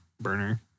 Burner